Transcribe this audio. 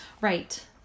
Right